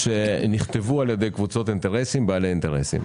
שנכתבו על ידי קבוצות אינטרסים, בעלי אינטרסים.